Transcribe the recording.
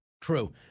True